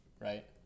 right